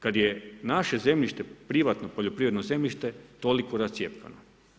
Kad je naše zemljište privatno, poljoprivredno zemljište toliko rascjepkano.